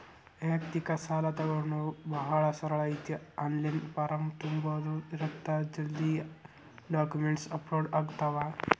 ವ್ಯಯಕ್ತಿಕ ಸಾಲಾ ತೊಗೋಣೊದ ಭಾಳ ಸರಳ ಐತಿ ಆನ್ಲೈನ್ ಫಾರಂ ತುಂಬುದ ಇರತ್ತ ಜಲ್ದಿ ಡಾಕ್ಯುಮೆಂಟ್ಸ್ ಅಪ್ಲೋಡ್ ಆಗ್ತಾವ